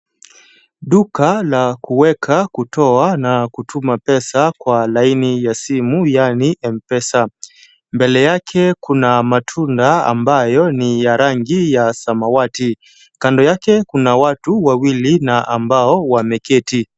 Duka la kuweka, kutoa na kutuma pesa kwa laini ya simu yaani mpesa. Mbele yake kuna matunda ambayo ni ya samawati. Kando yake kuna watu wawili ambao wameketi.